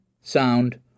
sound